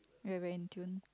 we're very in tune